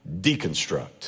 deconstruct